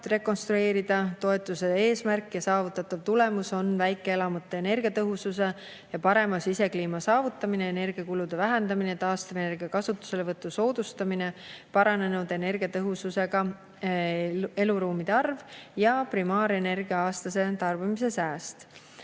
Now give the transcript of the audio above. rekonstrueerida. Toetuse eesmärk ja saavutatav tulemus on väikeelamute energiatõhusus ja parem sisekliima, energiakulude vähendamine, taastuvenergia kasutuselevõtu soodustamine, paranenud energiatõhususega eluruumid ja primaarenergia aastase tarbimise sääst.